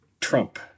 Trump